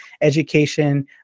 Education